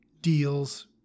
deals